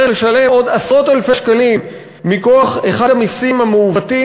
לשלם עוד עשרות אלפי שקלים מכוח אחד המסים המעוותים,